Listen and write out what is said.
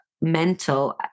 mental